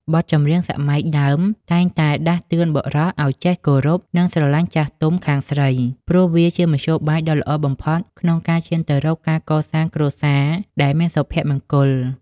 បទចម្រៀងសម័យដើមតែងតែដាស់តឿនបុរសឱ្យចេះគោរព និងស្រឡាញ់ចាស់ទុំខាងស្រី ព្រោះវាជាមធ្យោបាយដ៏ល្អបំផុតក្នុងការឈានទៅរកការកសាងគ្រួសារដែលមានសុភមង្គល។